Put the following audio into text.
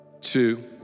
two